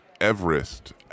Everest